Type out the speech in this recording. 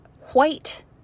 white